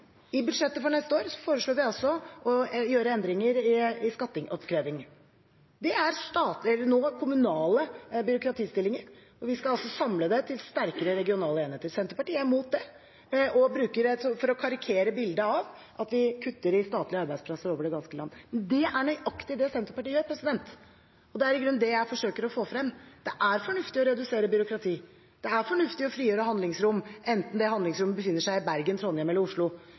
I budsjettet for neste år foreslår vi å gjøre endringer i skatteoppkreving. Det er nå kommunale byråkratistillinger, og vi skal altså samle det til sterkere regionale enheter. Senterpartiet er mot det og bruker det for å karikere bildet av at de kutter i statlige arbeidsplasser over det ganske land. Det er nøyaktig det Senterpartiet gjør, og det er i grunnen det jeg forsøker å få frem. Det er fornuftig å redusere byråkrati. Det er fornuftig å frigjøre handlingsrom – enten det handlingsrommet befinner seg i Bergen, Trondheim eller Oslo